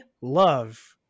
love